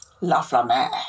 Laflamme